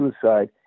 suicide